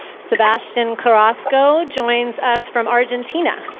sebastian carrasco joins us from argentina.